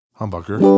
humbucker